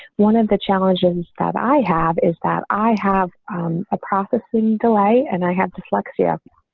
one of the challenges that i have is that i have a processing delay and i have dyslexia.